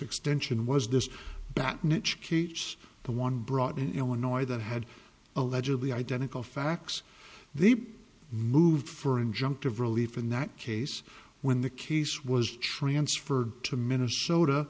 extension was this that niche kits the one brought in illinois that had allegedly identical facts they moved for injunctive relief in that case when the case was transferred to minnesota